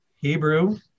Hebrew